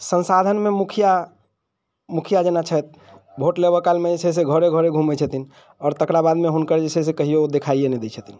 संसाधनमे मुखिआ मुखिआ जेना छथि भोट लेबऽ कालमे जे छै से घरे घरे घूमैत छथिन आओर तेकरा बादमे हुनकर जे छै से कहिओ देखाइए नहि दय छथिन